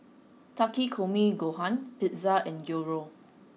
Takikomi Gohan Pizza and Gyros